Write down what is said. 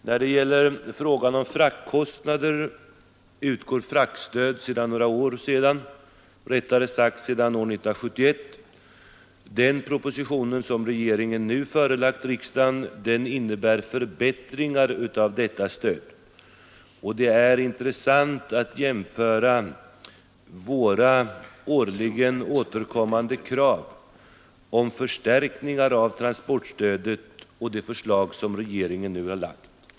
När det gäller frågan om fraktkostnader utgår fraktstöd sedan 1971. Den proposition som regeringen nu förelagt riksdagen innebär förbättringar av detta stöd. Det är intressant att jämföra våra årligen återkommande krav om förstärkningar av transportstödet och det förslag som regeringen nu har lagt.